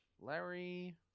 Larry